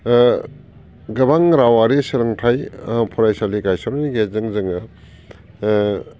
गोबां रावारि सोलोंथाय फरायसालि गायसननायनि गेजेरजों जोङो